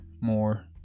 more